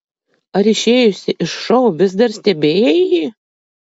ar išėjusi iš šou vis dar stebėjai jį